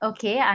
Okay